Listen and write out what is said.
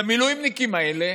למילואימניקים האלה,